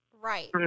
right